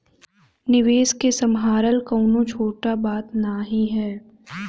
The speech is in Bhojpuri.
निवेस के सम्हारल कउनो छोट बात नाही हौ